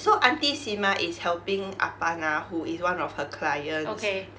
so aunty simah is helping apanah who is one of her clients